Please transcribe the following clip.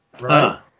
right